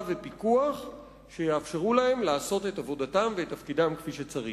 ופיקוח שיאפשרו להם לעשות את עבודתם ואת תפקידם כפי שצריך.